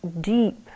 deep